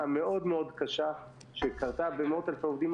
המאוד מאוד קשה שקרתה למאות אלפי עובדים,